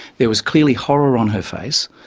there was clearly horror on her face,